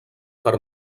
per